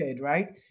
right